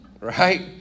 right